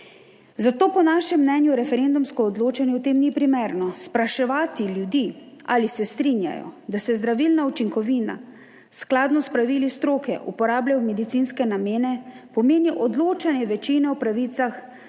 zato po našem mnenju referendumsko odločanje o tem ni primerno. Spraševati ljudi, ali se strinjajo, da se zdravilna učinkovina skladno s pravili stroke uporablja v medicinske namene, pomeni odločanje večine o pravicah